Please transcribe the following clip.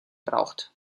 braucht